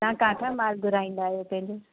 तव्हां किथां मालु घुराईंदा आहियो पंहिंजो